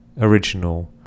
original